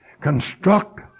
construct